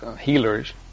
healers